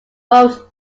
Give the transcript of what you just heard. most